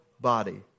body